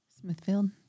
Smithfield